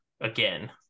again